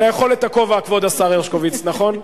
לאכול את הכובע, כבוד השר הרשקוביץ, נכון?